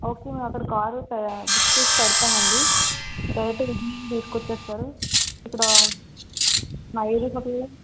okay అక్కడ కారుపె book చేసి పెడ్తాం అండి డైరెక్ట్గా బీమ్ బీచుకు వచ్చేస్తారు ఇక్కడ మా ఏరియ పక్కన